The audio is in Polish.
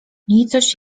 nicość